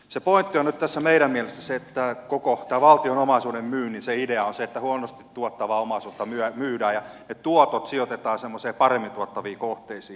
se pointti on nyt tässä meidän mielestämme se että koko tämä valtion omaisuuden myynnin idea on se että huonosti tuottavaa omaisuutta myydään ja ne tuotot sijoitetaan semmoisiin paremmin tuottaviin kohteisiin